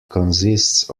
consists